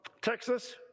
Texas